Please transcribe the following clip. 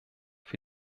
für